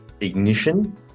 ignition